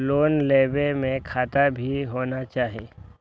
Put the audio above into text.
Loan लेबे में खाता भी होना चाहि?